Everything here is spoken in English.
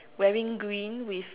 wearing green with